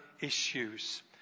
issues